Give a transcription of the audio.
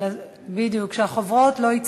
הרווחה והבריאות.